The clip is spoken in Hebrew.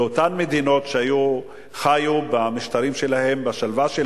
לאותן מדינות שחיו במשטרים שלהן בשלווה,